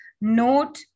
note